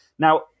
Now